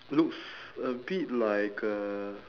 looks a bit like uh